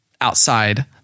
outside